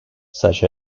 such